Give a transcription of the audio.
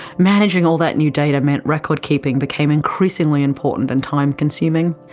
managing all that new data meant record keeping became increasingly important and time consuming.